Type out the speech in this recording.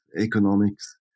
economics